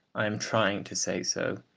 i am trying to say so,